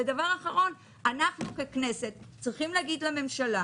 דבר אחרון, אנחנו ככנסת צריכים להגיד לממשלה